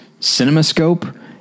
cinemascope